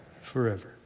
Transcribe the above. forever